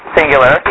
singular